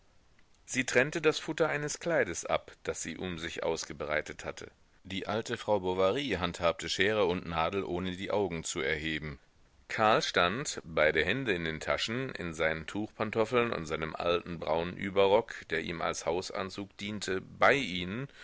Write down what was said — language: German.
sie trennte das futter eines kleides ab das sie um sich ausgebreitet hatte die alte frau bovary handhabte schere und nadel ohne die augen zu erheben karl stand beide hände in den taschen in seinen tuchpantoffeln und seinem alten braunen überrock der ihm als hausanzug diente bei ihnen